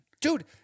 Dude